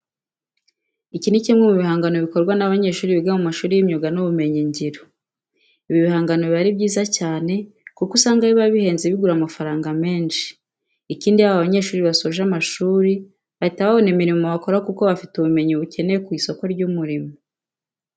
Iki ni kimwe mu bihangano bikorwa n'abanyeshuri biga mu mashuri y'imyuga n'ubumenyingiro. Ibi bigangano biba ari byiza cyane kuko usanga biba bihenze bigura amafaranga menshi. Ikindi iyo aba banyeshuri basoje amashuri bahita babona imirimo bakora kuko baba bafite ubumenyi bukenewe ku isoko ry'umurimo.